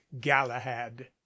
galahad